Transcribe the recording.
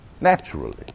naturally